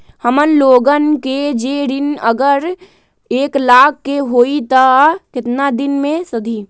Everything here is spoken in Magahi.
हमन लोगन के जे ऋन अगर एक लाख के होई त केतना दिन मे सधी?